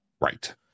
Right